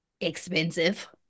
expensive